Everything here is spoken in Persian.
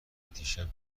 دیشب